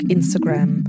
Instagram